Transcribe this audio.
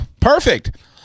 perfect